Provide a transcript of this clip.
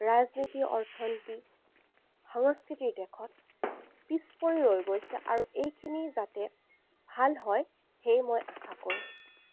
ৰাজনীতি অৰ্থনীতি সংস্কৃতিৰ দেশত পিছ পৰি ৰৈ গৈছে আৰু এইখিনি যাতে ভাল হয় সেয়ে মই আশা কৰোঁ